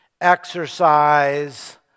exercise